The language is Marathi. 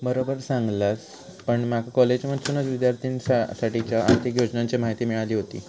बरोबर सांगलस, पण माका कॉलेजमधसूनच विद्यार्थिनींसाठीच्या आर्थिक योजनांची माहिती मिळाली व्हती